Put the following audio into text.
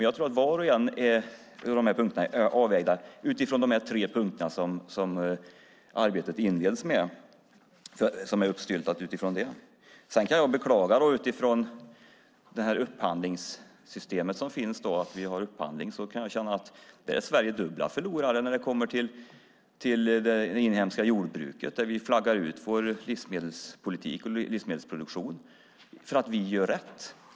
Jag tror att var och en av punkterna är avvägda utifrån de tre punkter som arbetet inleds med. Jag kan beklaga med utgångspunkt i upphandlingssystemet att Sverige är en dubbel förlorare i fråga om det inhemska jordbruket. Vi flaggar ut vår livsmedelspolitik och livsmedelsproduktion därför att vi gör rätt.